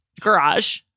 garage